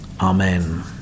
amen